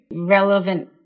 relevant